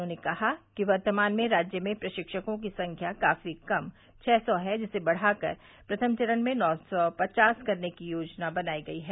उन्होंने कहा कि वर्तमान में राज्य में प्रशिक्षकों की संख्या काफी कम छह सौ है जिसे बढ़ाकर प्रथम चरण में नौ सौ पचास करने की योजना बनाई गई है